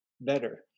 better